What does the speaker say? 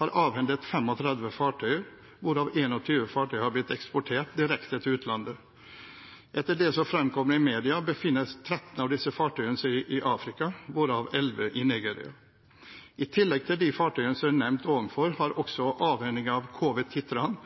har avhendet 35 fartøyer, hvorav 21 fartøyer har blitt eksportert direkte til utlandet. Etter det som fremkommer i media, befinner 13 av disse fartøyene seg i Afrika, hvorav 11 i Nigeria. I tillegg til de fartøyene som er nevnt ovenfor, har også avhending av KV